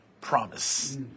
promise